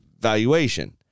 valuation